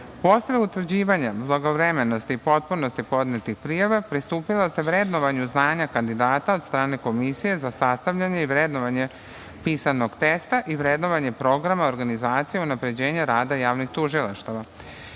utvrđivanja blagovremenosti i potpunosti podnetih prijava, pristupilo se vrednovanju znanja kandidata od strane Komisije za sastavljanje i vrednovanje pisanog teksta i vrednovanje programa organizacije unapređenja rada javnih tužilaštava. Komisiju